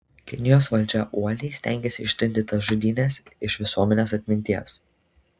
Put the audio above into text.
kinijos valdžia uoliai stengėsi ištrinti tas žudynes iš visuomenės atminties